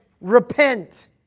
repent